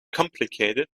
complicated